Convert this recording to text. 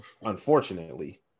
unfortunately